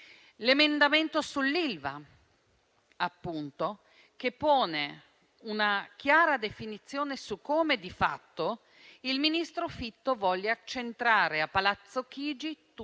all'emendamento sull'Ilva, che pone una chiara definizione su come di fatto il ministro Fitto voglia accentrare a Palazzo Chigi tutte